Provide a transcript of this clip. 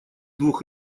двух